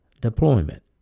deployment